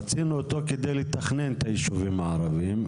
רצינו אותו כדי לתכנן את היישובים הערבים.